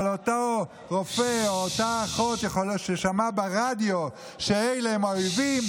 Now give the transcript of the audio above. אבל אותו רופא או אותה אחות ששמעה ברדיו שאלה הם האויבים,